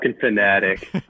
fanatic